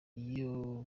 ayo